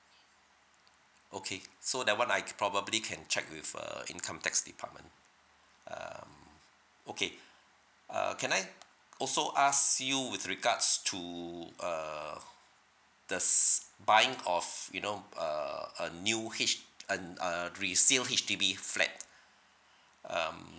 okay so that one I c~ probably can check with err income tax department um okay err can I also ask you with regards to uh the s~ buying of you know err a new H~ a n~ err resale H_D_B flat um